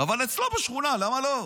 אבל אצלו בשכונה למה לא?